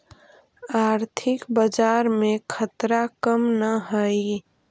आर्थिक बाजार में खतरा कम न हाई